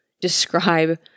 describe